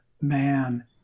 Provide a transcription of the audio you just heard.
man